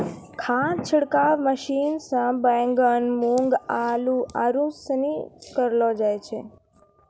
खाद छिड़काव मशीन से बैगन, मूँग, आलू, आरू सनी करलो जाय छै